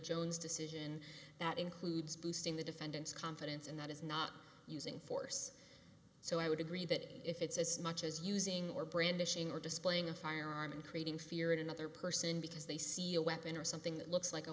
jones decision that includes boosting the defendant's confidence in that is not using force so i would agree that if it's as much as using or brandishing or displaying a firearm and creating fear in another person because they see a weapon or something that looks like a